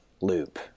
loop